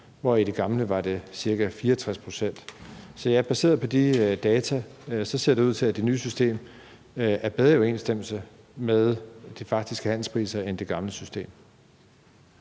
hvor den i det gamle var ca. 64 pct. Så ja, baseret på de data, ser det ud til, at det nye system er bedre i overensstemmelse med de faktiske handelspriser end det gamle system.